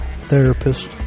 therapist